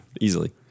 Easily